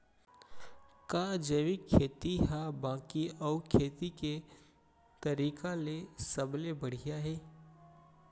का जैविक खेती हा बाकी अऊ खेती के तरीका ले सबले बढ़िया हे?